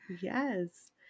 Yes